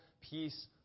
peace